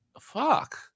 fuck